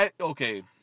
Okay